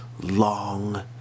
long